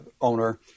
owner